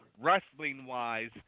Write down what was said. wrestling-wise